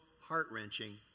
heart-wrenching